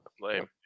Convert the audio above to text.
Lame